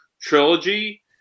trilogy